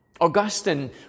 Augustine